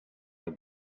the